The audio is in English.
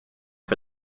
for